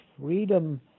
freedom